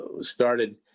started